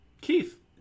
Keith